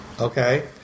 Okay